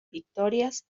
victorias